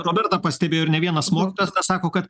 roberta pastebėjo ir ne vienas mokytojas tą sako kad